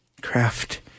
craft